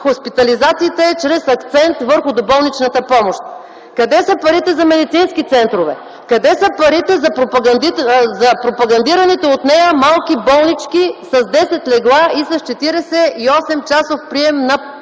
свръххоспитализациите е чрез акцент върху доболничната помощ. Къде са парите за медицински центрове? Къде са парите за пропагандираните от нея малки болнички с 10 легла и с 48-часов прием на пациенти?